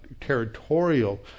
territorial